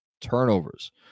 turnovers